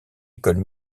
école